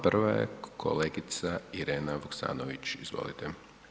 Prva je kolegica Irena Vuksanović, izvolite.